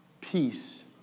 peace